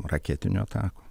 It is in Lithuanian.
raketinių atakų